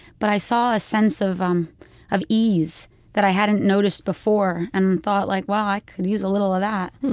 but i saw a sense of um of ease that i hadn't noticed before and thought like, wow. i could use a little of that.